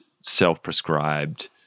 self-prescribed